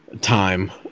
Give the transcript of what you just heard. time